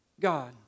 God